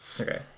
Okay